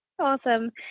awesome